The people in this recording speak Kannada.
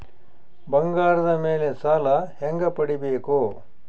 ಬಂಗಾರದ ಮೇಲೆ ಸಾಲ ಹೆಂಗ ಪಡಿಬೇಕು?